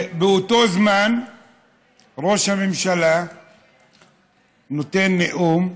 באותו זמן ראש הממשלה נותן נאום,